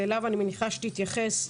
ואליו אני מניחה שתתייחס,